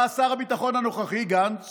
בא שר הביטחון הנוכחי גנץ